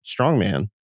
strongman